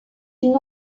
une